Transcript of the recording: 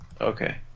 Okay